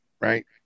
right